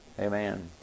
Amen